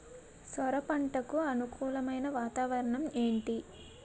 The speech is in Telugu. సొర పంటకు అనుకూలమైన వాతావరణం ఏంటి?